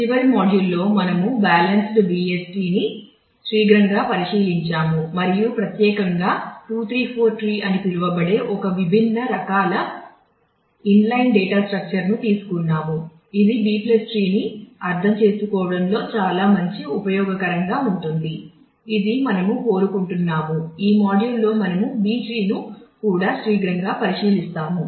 చివరి మాడ్యూల్ను తీసుకున్నాము ఇది B ట్రీ ని అర్థం చేసుకోవడంలో చాలా మంచి ఉపయోగకరంగా ఉంటుంది ఇది మనము కోరుకుంటున్నాము ఈ మాడ్యూల్లో మనము B ట్రీ ను కూడా శీఘ్రంగా పరిశీలిస్తాము